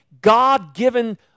God-given